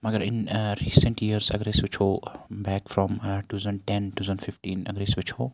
مَگَر in recent years اَگَر أسۍ وٕچھو back from two thousand ten two thousand fifteen اَگَرے أسۍ وٕچھو